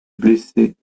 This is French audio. blessés